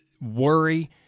worry